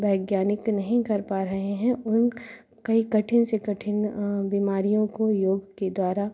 वैज्ञानिक नहीं कर पा रहे हैं उन कई कठिन से कठिन बीमारियों को योग के द्वारा